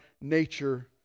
nature